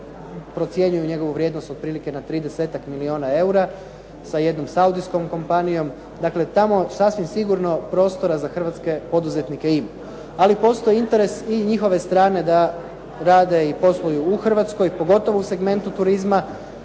procjenjuju njegovu vrijednost otprilike na 30-ak milijuna eura sa jednom saudijskom kompanijom. Dakle, tamo sasvim sigurno prostora za hrvatske poduzetnike ima, ali postoji interes i njihove strane da rade i posluju u Hrvatskoj, pogotovo u segmentu turizma.